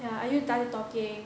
ya are you done talking